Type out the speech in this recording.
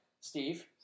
Steve